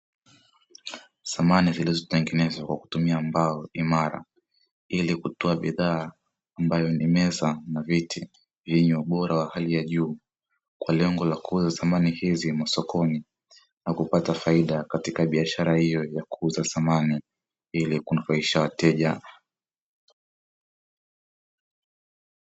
Samani zilizotengenezwa kwa kutumia mbao imara, ili kutoa bidhaa ambayo ni meza na viti vyenye ubora wa hali ya juu; kwa lengo la kuuza samani hizi masokoni na kupata faida katika biashara hiyo ya kuuza samani, ili kunufaisha wateja.